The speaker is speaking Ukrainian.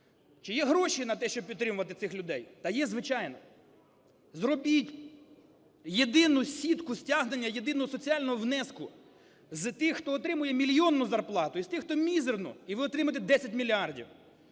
Чи є гроші на те, щоб підтримувати цих людей? Так є, звичайно. Зробіть єдину сітку стягнення єдиного соціального внеску з тих, хто отримує мільйонну зарплату, і з тих, хто мізерну, і ви отримаєте 10 мільярдів.